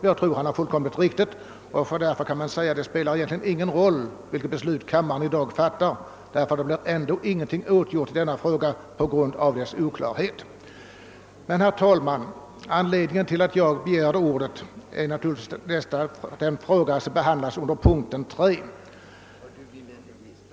Jag tror att han har fullkomligt rätt. Därför spelar det ingen roll vilket beslut kammaren fattar i dag. Det blir ändå ingenting gjort på grund av frågans oklarhet. Anledningen till att jag begärde ordet är naturligtvis den fråga som behandlas under punkten 3.